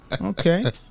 okay